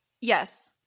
Yes